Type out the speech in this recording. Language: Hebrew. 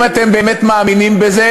אם אתם באמת מאמינים בזה,